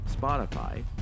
Spotify